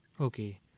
Okay